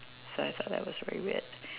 so that was like very weird